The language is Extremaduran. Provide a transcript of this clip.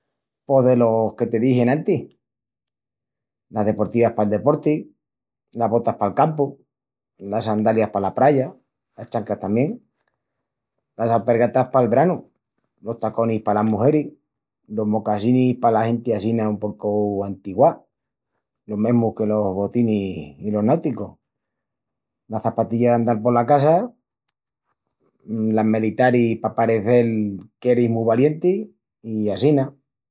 Pos delos que te dixi enantis. Las deportivas pal deporti, las botas pal campu, las sandalias pala praya, las chancras tamién, las alpergatas pal branu, los taconis palas mugeris, los mocasinis pala genti assina un pocu antiguá, lo mesmu que los botinis i los náuticus, las çapatillas d'andal pola casa, las melitaris pa parecel qu'eris mu valienti i assina...